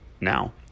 now